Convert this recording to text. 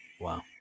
Wow